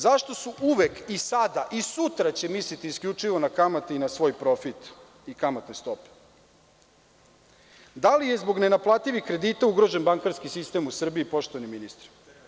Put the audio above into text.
Zašto su uvek i sada i sutra će misliti isključivo na kamate i svoj profit i kamatne stope, da li je zbog nenaplativih kredita ugrožen bankarski sistem u Srbiji, poštovani ministre?